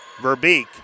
Verbeek